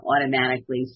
automatically